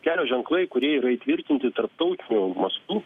kelio ženklai kurie yra įtvirtinti tarptautiniu mastu